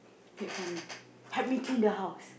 get for me help me clean the house